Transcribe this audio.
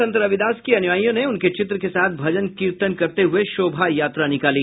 संत रविदास के अनुयायियों ने उनके चित्र के साथ भजन कीर्तन के साथ शोभा यात्रा निकाला गया